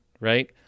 right